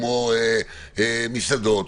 כמו מסעדות,